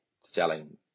selling